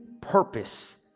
purpose